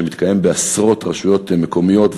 שמתקיים בעשרות רשויות מקומיות,